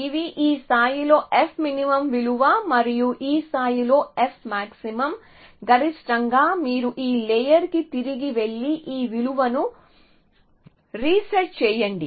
ఇవి ఈ స్థాయిలో fmin విలువ మరియు ఈ స్థాయిలో fmax గరిష్టంగా మీరు ఈ లేయర్ కి తిరిగి వెళ్లి ఈ విలువను రీసెట్ చేయండి